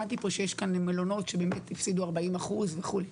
הבנתי פה שיש מלונות שבאמת הפסידו 40% וכולי.